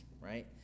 Right